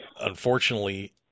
unfortunately